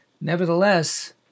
Nevertheless